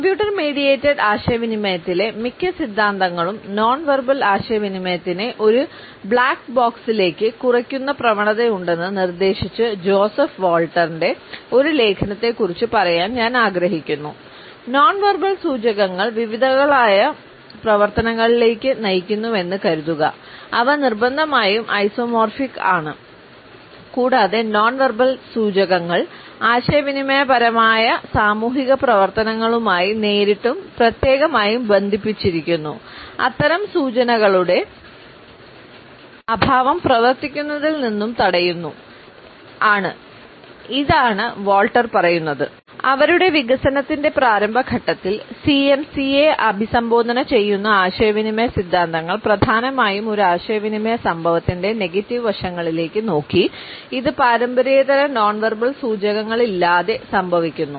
computer mediated ആശയവിനിമയത്തിലെ മിക്ക സിദ്ധാന്തങ്ങളും നോൺ വെർബൽ ആശയവിനിമയത്തിനേ ഒരു 'ബ്ലാക്ക് ബോക്സിലേക്ക്' ആണ് കൂടാതെ "നോൺവെർബൽ സൂചകങ്ങൾ ആശയവിനിമയപരമായ സാമൂഹിക പ്രവർത്തനങ്ങളുമായി നേരിട്ടും പ്രത്യേകമായും ബന്ധിപ്പിച്ചിരിക്കുന്നു അത്തരം സൂചനകളുടെ അഭാവം പ്രവർത്തിക്കുന്നതിൽ നിന്നും തടയുന്നു" ആണ് എന്നാണു വാൾട്ടർ പറയുന്നത് അവരുടെ വികസനത്തിന്റെ പ്രാരംഭ ഘട്ടത്തിൽ സിഎംസിയെ അഭിസംബോധന ചെയ്യുന്ന ആശയവിനിമയ സിദ്ധാന്തങ്ങൾ പ്രധാനമായും ഒരു ആശയവിനിമയ സംഭവത്തിന്റെ നെഗറ്റീവ് വശങ്ങളിലേക്ക് നോക്കി ഇത് പാരമ്പര്യേതര നോൺ വെർബൽ സൂചകങ്ങളില്ലാതെ സംഭവിക്കുന്നു